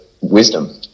wisdom